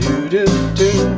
Do-do-do